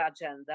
agenda